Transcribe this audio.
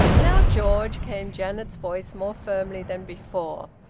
now, george! came janet's voice, more firmly than before.